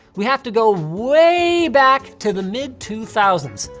we have to go way back to the mid two thousand s.